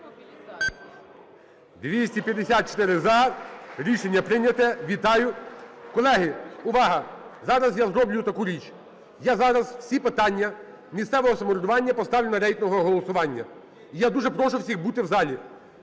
За-254 Рішення прийнято. Вітаю! Колеги, увага! Зараз я зроблю таку річ: я зараз всі питання місцевого самоврядування поставлю на рейтингове голосування. Я дуже прошу всіх бути в залі.